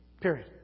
Period